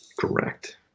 correct